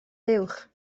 fuwch